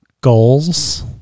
goals